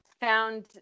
found